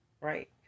Right